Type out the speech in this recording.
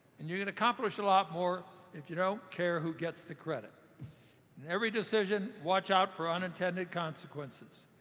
and you can accomplish a lot more if you don't care who gets the credit. in every decision, watch out for unintended consequences.